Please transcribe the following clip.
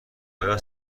آیا